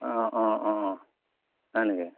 হয় নেকি